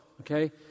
okay